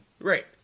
Right